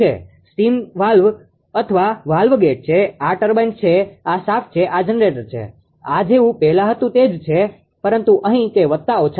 આ steam valve અથવા valve gate છે આ ટર્બાઇન છે આ શાફ્ટ છે આ જનરેટર છે આ જેવું પહેલાં હતું તેમ જ છે પરંતુ અહીં તે વત્તા ઓછા છે